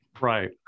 right